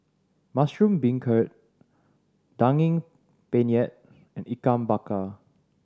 mushroom beancurd Daging Penyet and Ikan Bakar